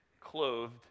clothed